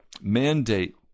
mandate